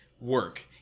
work